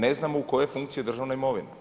Ne znamo u kojoj je funkciji državna imovina.